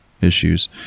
issues